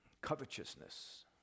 covetousness